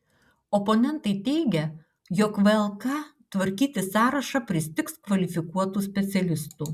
oponentai teigia jog vlk tvarkyti sąrašą pristigs kvalifikuotų specialistų